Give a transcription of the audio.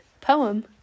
poem